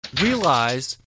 realize